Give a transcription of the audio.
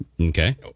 Okay